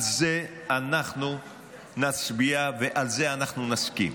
על זה אנחנו נצביע ועל זה אנחנו נסכים.